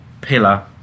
pillar